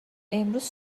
امروز